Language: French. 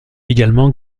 également